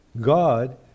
God